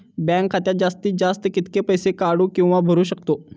Bank खात्यात जास्तीत जास्त कितके पैसे काढू किव्हा भरू शकतो?